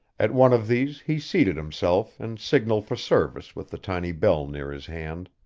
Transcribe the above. at one of these he seated himself and signaled for service with the tiny bell near his hand.